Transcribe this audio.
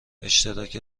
اشتراک